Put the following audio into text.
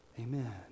amen